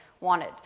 wanted